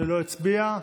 שלא הצביע?